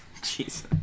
Jesus